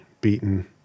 beaten